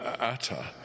Atta